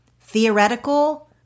Theoretical